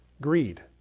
Greed